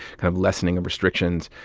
kind of lessening of restrictions.